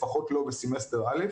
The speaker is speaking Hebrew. לפחות לא בסמסטר א',